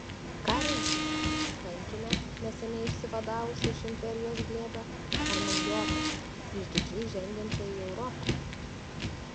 ką rinktis kankinę neseniai išsivadavusią iš imperijos glėbio ar naujokę išdidžiai žengiančią į europą